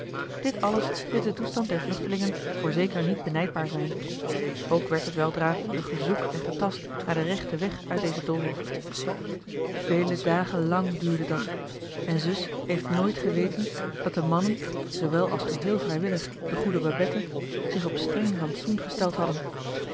dit alles deed den toestand der vluchtelingen voorzeker niet benijdbaar zijn ook werd het weldra een gezoek en getast naar den rechten weg uit dezen doolhof vele dagen lang duurde dat en zus heeft nooit geweten dat de mannen zoowel als geheel vrijwillig de goede babette zich op streng rantsoen gesteld hadden